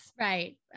Right